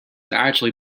actually